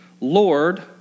Lord